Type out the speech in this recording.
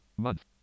month